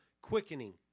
quickening